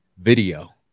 video